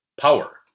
power